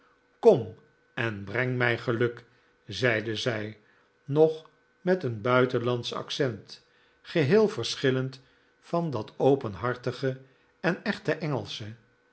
kom en breng mij geluk zeide zij nog met een buitenlandsch accent gelieel verschillend van dat openhartige en echt engelsche